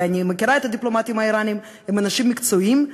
ואני מכירה את הדיפלומטים האיראנים: הם אנשים מקצועיים,